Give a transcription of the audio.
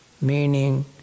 meaning